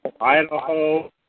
Idaho